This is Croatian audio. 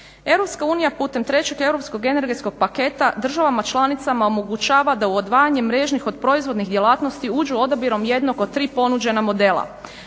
EU putem 3. Europskog energetskog paketa državama članicama omogućava da odvajanjem mrežnih od proizvodnih djelatnosti uđu odabirom jednog od tri ponuđena modela.